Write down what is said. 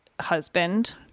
husband